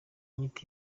nyito